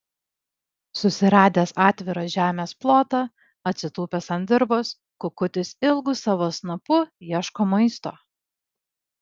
susiradęs atvirą žemės plotą atsitūpęs ant dirvos kukutis ilgu savo snapu ieško maisto